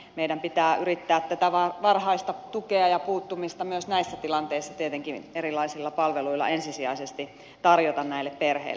meidän pitää yrittää tätä varhaista tukea ja puuttumista myös näissä tilanteissa tietenkin erilaisilla palveluilla ensisijaisesti tarjota näille perheille